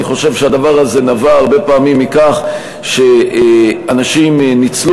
אני חושב שהדבר הזה נבע הרבה פעמים מכך שאנשים ניצלו